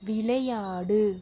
விளையாடு